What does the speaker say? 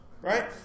Right